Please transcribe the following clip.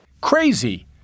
Crazy